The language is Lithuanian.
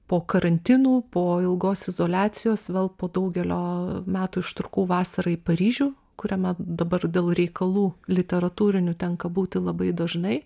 po karantinų po ilgos izoliacijos vėl po daugelio metų ištrūkau vasarą į paryžių kuriame dabar dėl reikalų literatūrinių tenka būti labai dažnai